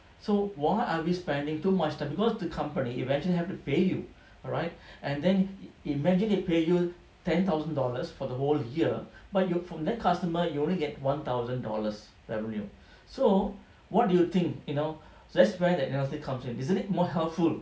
so why are we spending too much time because the company eventually have to pay you alright and then imagine they pay you ten thousand dollars for the whole year but you from that customer you only get one thousand dollars revenue so what do you think you know so that's where the analytics comes in isn't it more helpful